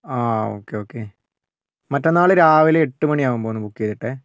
ആ okay okay മറ്റന്നാൾ രാവിലെ എട്ടു മണിയാകുമ്പോഴാണ് ബുക്ക് ചെയ്തിട്ടത്